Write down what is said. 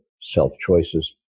self-choices